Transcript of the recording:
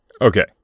Okay